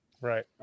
Right